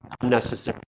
unnecessary